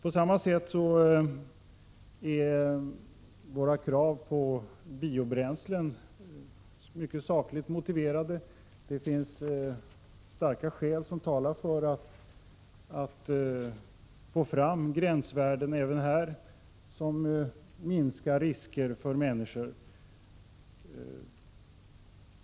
På samma sätt är våra krav när det gäller biobränslen sakligt mycket väl motiverade. Starka skäl talar för att även här få fram gränsvärden som minskar riskerna för människor.